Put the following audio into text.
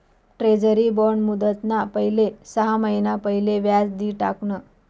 treasury bond मुदतना पहिले सहा महिना पहिले व्याज दि टाकण